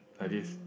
like this